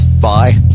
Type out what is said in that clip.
Bye